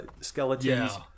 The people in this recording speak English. Skeletons